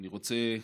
אני רוצה להודיע,